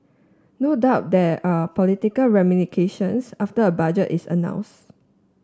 no doubt there are political ramifications after a budget is announce